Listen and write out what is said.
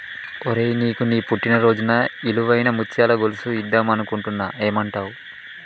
ఒసేయ్ నీకు నీ పుట్టిన రోజున ఇలువైన ముత్యాల గొలుసు ఇద్దం అనుకుంటున్న ఏమంటావ్